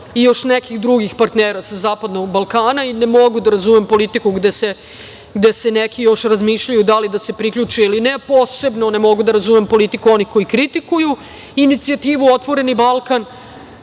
i još nekih drugih partnera sa Zapadnog Balkana. Ne mogu da razumem politiku gde se neki još razmišljaju da li da se priključe ili ne, posebno ne mogu da razumem politiku onih kojih kritikuju inicijativu Otvoreni Balkan,